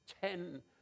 ten